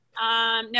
No